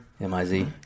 m-i-z